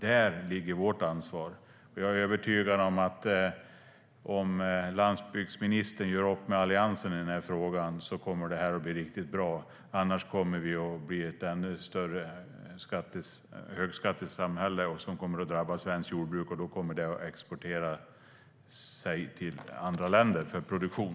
Där ligger vårt ansvar. Jag är övertygad om att det kommer att bli riktigt bra om landsbygdsministern gör upp med Alliansen i den här frågan. Annars kommer vi att bli ett ännu större högskattesamhälle, vilket kommer att drabba svenskt jordbruk. Det kommer då att exportera sig självt till andra länder för produktion.